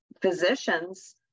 physicians